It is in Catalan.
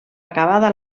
acabada